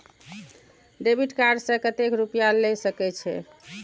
Debit card से कतेक रूपया ले सके छै?